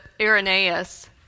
Irenaeus